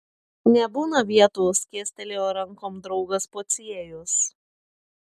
nebūna vietų skėstelėjo rankom draugas pociejus